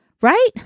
right